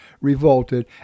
revolted